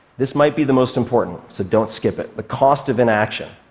this might be the most important, so don't skip it the cost of inaction.